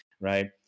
right